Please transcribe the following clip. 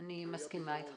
אני מסכימה אתך.